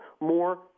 more